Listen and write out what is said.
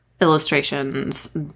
illustrations